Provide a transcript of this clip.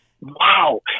wow